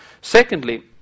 Secondly